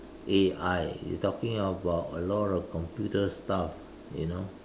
A_I you talking about a lot of computer stuff you know